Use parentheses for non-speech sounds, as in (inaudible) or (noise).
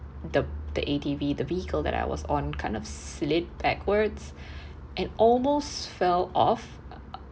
the the A_T_V the vehicle that I was on kind of slip backwards (breath) and almost fell off (noise)